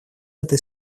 этой